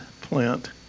plant